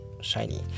shiny